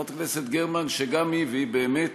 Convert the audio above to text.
חברת הכנסת גרמן, שגם היא, והיא באמת